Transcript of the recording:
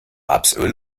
rapsöl